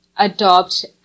Adopt